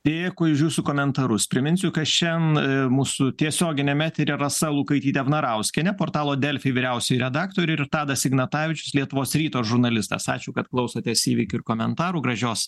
dėkui už jūsų komentarus priminsiu kas šiandien mūsų tiesioginiame eteryje rasa lukaitytė vnarauskienė portalo delfi vyriausioji redaktorė ir tadas ignatavičius lietuvos ryto žurnalistas ačiū kad klausotės įvykių ir komentarų gražios